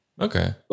Okay